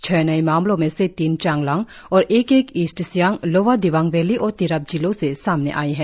छह नए मामलों में से तीन चांगलांग और एक एक east Siang lower Dibang valley और तिरप जिलों से सामने आई है